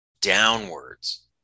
downwards